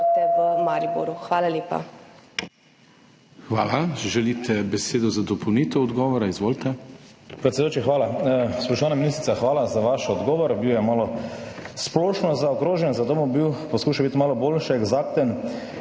imate besedo za dopolnitev odgovora, izvolite.